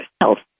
health